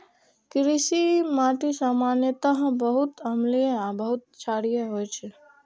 कृषि माटि सामान्यतः बहुत अम्लीय आ बहुत क्षारीय होइ छै